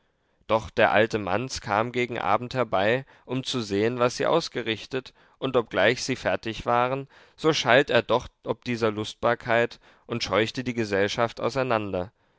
doch der alte manz kam gegen abend herbei um zu sehen was sie ausgerichtet und obgleich sie fertig waren so schalt er doch ob dieser lustbarkeit und scheuchte die gesellschaft auseinander